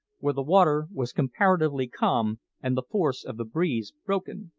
where the water was comparatively calm and the force of the breeze broken.